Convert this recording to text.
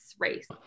race